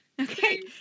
Okay